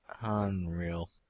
Unreal